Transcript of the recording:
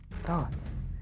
thoughts